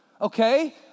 Okay